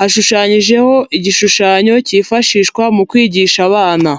hashushanyijeho igishushanyo kifashishwa mu kwigisha abana.